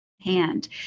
hand